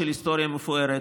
של היסטוריה מפוארת,